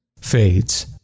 fades